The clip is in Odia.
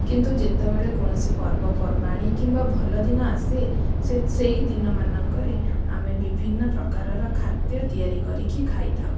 କିନ୍ତୁ ଯେତେବେଳେ କୌଣସି ପର୍ବପର୍ବାଣି କିମ୍ବା ଭଲ ଦିନ ଆସେ ସେ ସେଇ ଦିନ ମାନଙ୍କରେ ଆମେ ବିଭିନ୍ନ ପ୍ରକାରର ଖାଦ୍ୟ ତିଆରି କରିକି ଖାଇଥାଉ